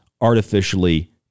artificially